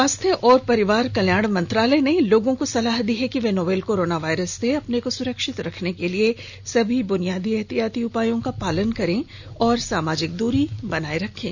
स्वास्थ्य और परिवार कल्याण मंत्रालय ने लोगों को सलाह दी है कि वे नोवल कोरोना वायरस से अपने को सुरक्षित रखने के लिए सभी बुनियादी एहतियाती उपायों का पालन करें और सामाजिक दूरी बनाए रखें